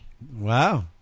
Wow